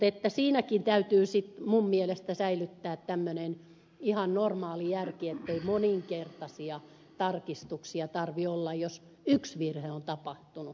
mutta siinäkin täytyy minun mielestäni säilyttää ihan normaali järki ettei moninkertaisia tarkistuksia tarvitse olla jos yksi virhe on tapahtunut